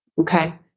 Okay